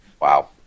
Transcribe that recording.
Wow